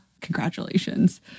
congratulations